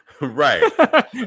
Right